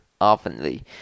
oftenly